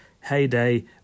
heyday